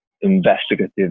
investigative